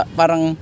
parang